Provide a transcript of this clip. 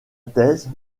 thèse